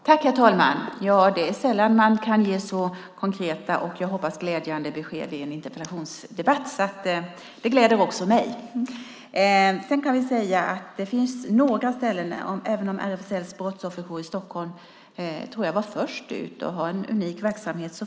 Herr talman! Det är sällan man kan ge så konkreta och jag hoppas glädjande besked i en interpellationsdebatt så det gläder också mig. Sedan kan vi säga att det finns några ställen till, även om RFSL:s brottsofferjour i Stockholm tror jag var först med att ha en unik verksamhet.